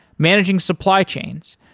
managing supply chains,